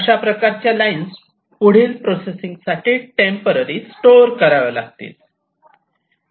अशाप्रकारच्या लाईन पुढील प्रोसेसिंगसाठी टेम्पररी स्टोअर कराव्या लागतील